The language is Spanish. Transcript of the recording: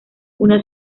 una